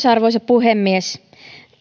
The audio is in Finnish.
arvoisa puhemies